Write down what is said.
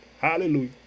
Hallelujah